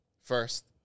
first